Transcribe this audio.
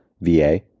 VA